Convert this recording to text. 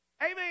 Amen